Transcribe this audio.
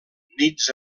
nits